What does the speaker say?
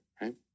right